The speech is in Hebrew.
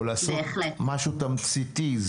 או לעשות משהו תמציתי,